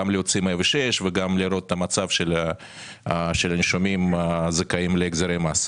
גם להוציא טופס 106 וגם לראות את המצב של הנישומים הזכאים להחזרי מס.